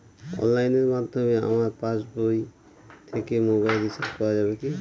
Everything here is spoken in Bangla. অনলাইনের মাধ্যমে আমার পাসবই থেকে মোবাইল রিচার্জ করা যাবে কি?